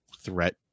threat